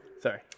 Sorry